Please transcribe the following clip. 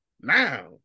Now